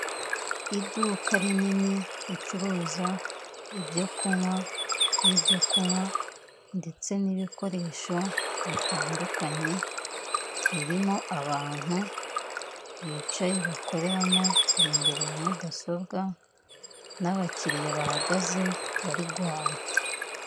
Iduka rinini ricururuza ibyo kunywa n'ibyo kunywa ndetse n'ibikoresho bitandukanye, ririmo abantu bicaye bakoreramo bari imbere ya Mudasobwa n'abakiriya bahagaze bari guhaha.